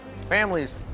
Families